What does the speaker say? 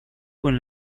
con